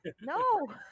no